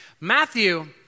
Matthew